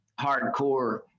hardcore